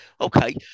Okay